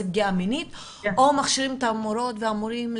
פגיעה מינית או מכשירים את המורות והמורים,